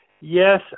Yes